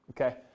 okay